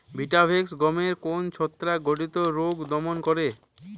Vitavax গমের কোন ছত্রাক ঘটিত রোগ দমন করে?